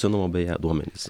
senumo beje duomenys